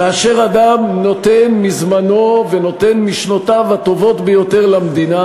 כאשר אדם נותן מזמנו ונותן משנותיו הטובות ביותר למדינה,